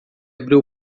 abriu